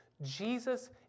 Jesus